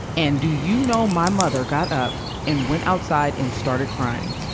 and do you know my mother got up and went outside and started crying.